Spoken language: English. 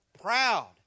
proud